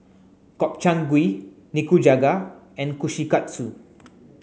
Gobchang Gui Nikujaga and Kushikatsu